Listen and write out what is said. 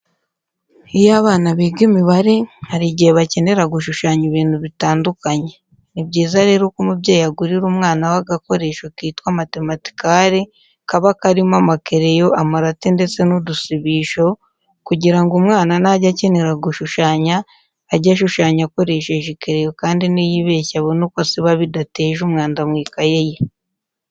Iyo abana biga imibare, hari igihe bakenera gushushanya ibintu bitandukanye. Ni byiza rero ko umubyeyi agurira umwana we agakoresho kitwa matematikari kaba karimo amakereyo, amarati ndetse n'udusibisho, kugira ngo umwana najya akenera gushushanya, ajye ashushanya akoresheje ikereyo kandi niyibeshya abone uko asiba bidateje umwanda mu ikayi ye.